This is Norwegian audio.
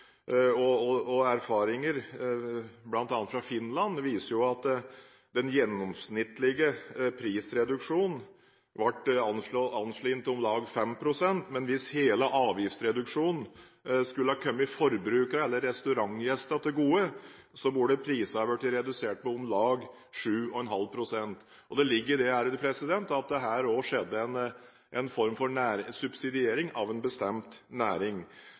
og erfaringer bl.a. fra Finland viser at den gjennomsnittlige prisreduksjonen ble anslått til om lag 5 pst. Men hvis hele avgiftsreduksjonen skulle ha kommet forbrukerne eller restaurantgjestene til gode, burde prisene ha blitt redusert med om lag 7,5 pst. Det ligger i det at det her også skjedde en form for subsidiering av en bestemt næring.